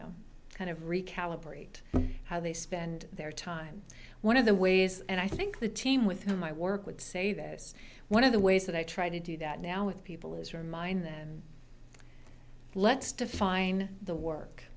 know kind of recalibrate how they spend their time one of the ways and i think the team with whom i work with say this one of the ways that i try to do that now with people is remind them let's define the work